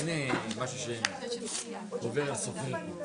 לצערי הרב, שוב פעם,